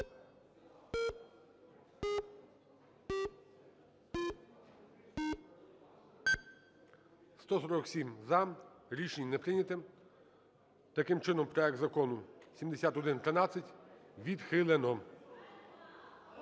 За-147 Рішення не прийнято. Таким чином, проект закону 7113 відхилено.